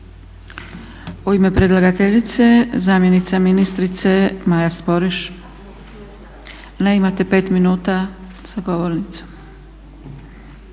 U ime predlagateljice zamjenica ministrice Maja Sporiš. Imate 5 minuta za govornicom.